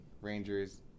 Rangers